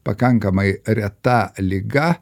pakankamai reta liga